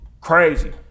crazy